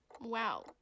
wow